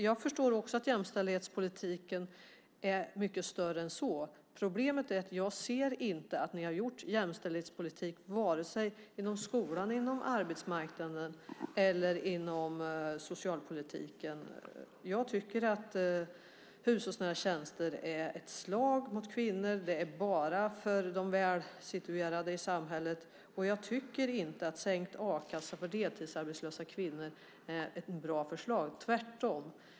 Jag förstår också att jämställdhetspolitiken är mycket större än så. Problemet är att jag inte ser att ni har bedrivit jämställdhetspolitik vare sig inom skolan, inom arbetsmarknaden eller inom socialpolitiken. Jag tycker att hushållsnära tjänster är ett slag mot kvinnor. Det är bara för de välsituerade i samhället. Jag tycker inte att sänkt a-kassa för deltidsarbetslösa kvinnor är ett bra förslag, tvärtom.